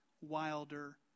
wilder